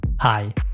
Hi